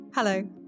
Hello